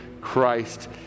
Christ